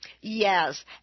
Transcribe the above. Yes